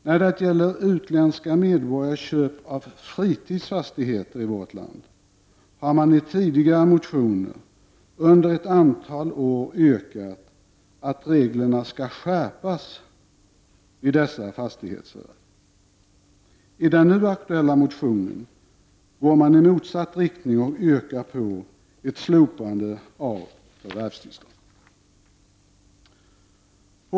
När det gäller utländska medborgares köp av fritidsfastigheter i vårt land har man i tidigare motioner under ett antal år yrkat att reglerna skall skärpas för dessa fastighetsförvärv. I den nu aktuella motionen går man i motsatt riktning och yrkar på ett slopande av förvärvstillståndet.